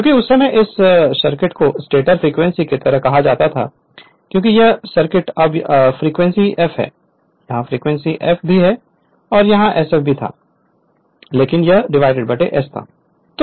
क्योंकि उस समय इस सर्किट को स्टेटर फ्रीक्वेंसी की तरह कहा जाता है क्योंकि यह सर्किट यहाँ अब फ्रीक्वेंसी f है यहाँ फ्रीक्वेंसी f भी है यह यहाँ sf था यह sf था लेकिन यह डिवाइड s था